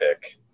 pick